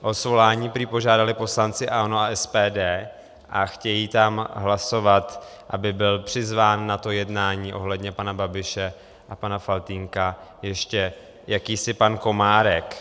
O svolání prý požádali poslanci ANO a SPD a chtějí tam hlasovat, aby byl přizván na to jednání ohledně pana Babiše a pana Faltýnka ještě jakýsi pan Komárek.